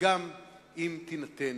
גם אם תינתן.